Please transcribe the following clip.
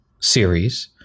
series